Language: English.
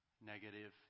negative